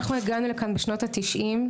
אנחנו הגענו לכאן בשנות ה-90',